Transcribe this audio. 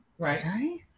Right